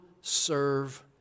serve